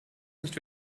nicht